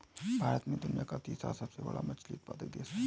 भारत दुनिया का तीसरा सबसे बड़ा मछली उत्पादक देश है